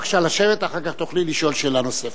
בבקשה לשבת, אחר כך תוכלי לשאול שאלה נוספת.